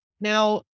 Now